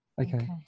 Okay